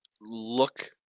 look